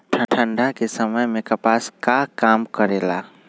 ठंडा के समय मे कपास का काम करेला?